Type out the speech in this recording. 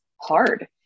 hard